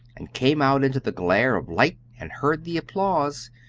and came out into the glare of light and heard the applause,